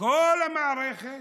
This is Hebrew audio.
כל המערכת,